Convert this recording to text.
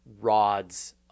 rods